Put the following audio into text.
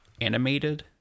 animated